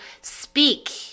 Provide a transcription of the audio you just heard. speak